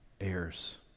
heirs